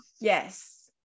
Yes